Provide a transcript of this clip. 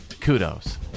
Kudos